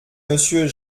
monsieur